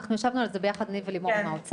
אנחנו ישבנו על זה ביחד, אני ולימור עם האוצר.